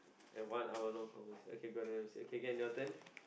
an one hour long conversation okay Gordon-Ramsay okay can your turn